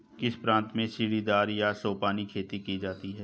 किस प्रांत में सीढ़ीदार या सोपानी खेती की जाती है?